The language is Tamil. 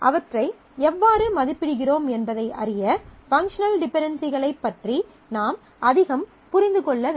அவற்றை எவ்வாறு மதிப்பிடுகிறோம் என்பதை அறிய பங்க்ஷனல் டிபென்டென்சிகளைப் பற்றி நாம் அதிகம் புரிந்து கொள்ள வேண்டும்